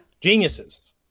Geniuses